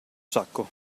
sacco